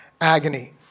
agony